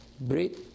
breathe